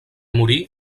morí